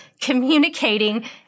communicating